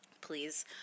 please